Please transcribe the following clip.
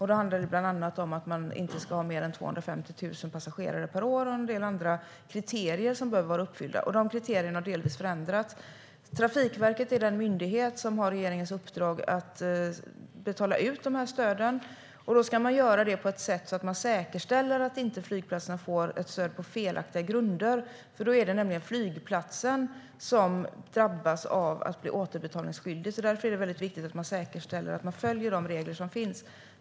Då handlar det bland annat om att man inte ska ha mer än 250 000 passagerare per år och en del andra kriterier som bör vara uppfyllda, och dessa kriterier har delvis förändrats. Trafikverket är den myndighet som har regeringens uppdrag att betala ut stöden. Det ska ske på ett sätt som säkerställer att en flygplats inte får stöd på felaktiga grunder, för då är det nämligen flygplatsen som drabbas av att bli återbetalningsskyldig. Därför är det väldigt viktigt att säkerställa att man följer de regler som finns.